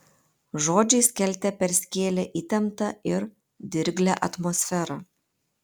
žodžiai skelte perskėlė įtemptą ir dirglią atmosferą